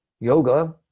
yoga